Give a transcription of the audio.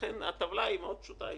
ולכן הטבלה היא מאוד פשוטה.